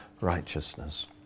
righteousness